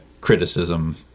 criticism